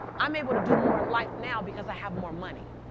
i'm able to do more in life now because i have more money.